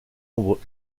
ombre